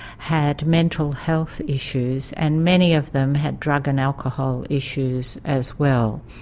had mental health issues and many of them had drug and alcohol issues as well,